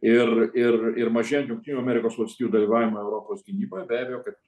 ir ir ir mažėjant jungtinių amerikos valstijų dalyvavimui europos gynyboj be abejo kad